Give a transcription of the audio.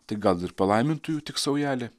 tai gal ir palaimintųjų tik saujelė